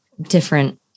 different